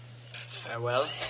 Farewell